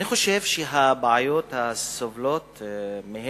אני חושב שהבעיות שמהן סובלות הרשויות הערביות נובעות בעיקר